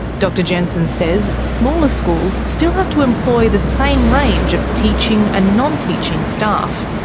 dr jensen says smaller schools still have to employ the same range of teaching and non-teaching staff,